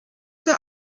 der